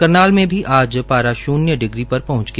करनाल में भी आज पार शून्य डिग्री पर पहंच गया